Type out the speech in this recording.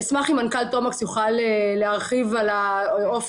אשמח אם מנכ"ל תומקס יוכל להרחיב על האופן